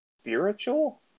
spiritual